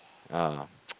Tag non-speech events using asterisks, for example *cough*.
ah *noise*